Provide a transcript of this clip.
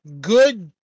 good